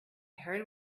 heard